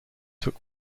took